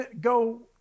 go